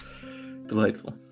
Delightful